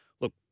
look